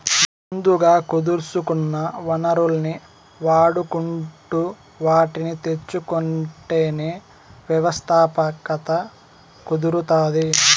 ముందుగా కుదుర్సుకున్న వనరుల్ని వాడుకుంటు వాటిని తెచ్చుకుంటేనే వ్యవస్థాపకత కుదురుతాది